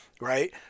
Right